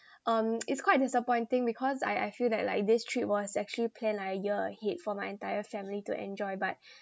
um it's quite disappointing because I I feel that like this trip was actually planned like a year ahead for my entire family to enjoy but